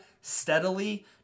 steadily